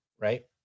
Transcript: right